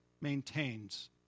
maintains